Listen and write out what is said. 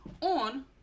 on